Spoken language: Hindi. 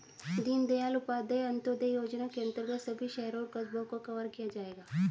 दीनदयाल उपाध्याय अंत्योदय योजना के अंतर्गत सभी शहरों और कस्बों को कवर किया जाएगा